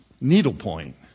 needlepoint